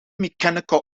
mechanical